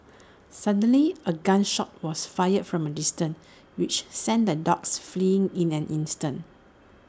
suddenly A gun shot was fired from A distance which sent the dogs fleeing in an instant